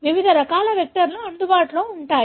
వివిధ రకాల వెక్టర్లు అందుబాటులో ఉన్నాయి